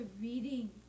reading